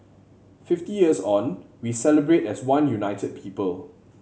fifty years on we celebrate as one united people